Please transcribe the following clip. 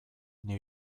new